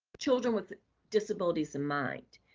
children with disabilities in mind.